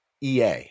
ea